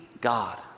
god